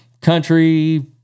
country